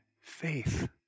faith